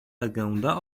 legenda